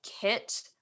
Kit-